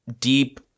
deep